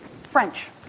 French